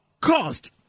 caused